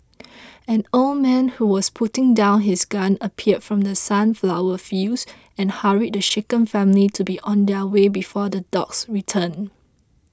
an old man who was putting down his gun appeared from the sunflower fields and hurried the shaken family to be on their way before the dogs return